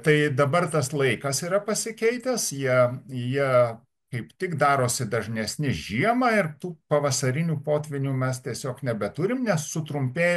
tai dabar tas laikas yra pasikeitęs jie jie kaip tik darosi dažnesni žiemą ir tų pavasarinių potvynių mes tiesiog nebeturim nes sutrumpėjo